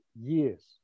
years